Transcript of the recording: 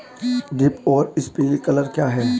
Drip और sprinkler क्या हैं?